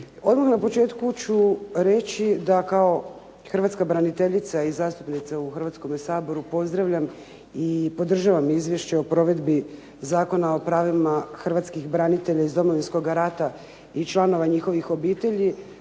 Odmah na početku ću reći da kao hrvatska braniteljica i zastupnica u Hrvatskome saboru pozdravljam i podržavam Izvješće o provedbi Zakona o pravima hrvatskih branitelja iz Domovinskoga rata i članova njihovih obitelji